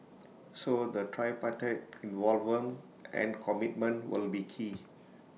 so the tripartite involvement and commitment will be key